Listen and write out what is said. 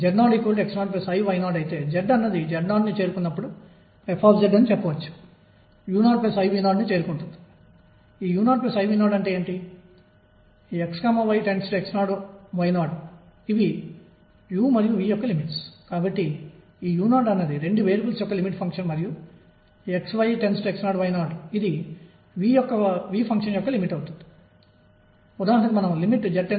కాబట్టి శక్తి స్థాయిలు ఇక్కడ ఉంటాయి దీనిని h28mL2అని అనుకుందాం అప్పుడు అది పెరుగుతూ 4h28mL2అవుతుంది తరువాత అది మరింతగా పెరుగుతూ 9 రెట్లు అవుతుంది మరియు తరువాత 16 రెట్లు అవుతుంది మరియు ఇలా ఈ శక్తి స్థాయిలు ఉంటాయి